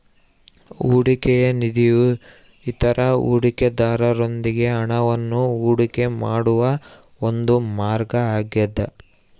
ಹೂಡಿಕೆಯ ನಿಧಿಯು ಇತರ ಹೂಡಿಕೆದಾರರೊಂದಿಗೆ ಹಣವನ್ನು ಹೂಡಿಕೆ ಮಾಡುವ ಒಂದು ಮಾರ್ಗ ಆಗ್ಯದ